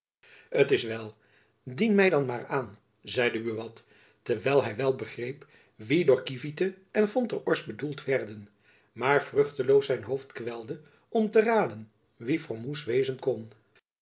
t is wel dien my dan maar aan zeide buat terwijl hy wel begreep wie door kiefiete en fonter orst bedoeld werden maar vruchteloos zijn hoofd kwelde om te raden wie frommoes wezen kon